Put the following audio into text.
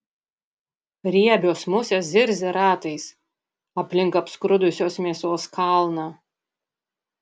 riebios musės zirzia ratais aplink apskrudusios mėsos kalną